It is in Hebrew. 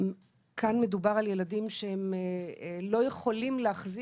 כאן מדובר על ילדים שמבחינה נפשית הם לא יכולים להחזיק,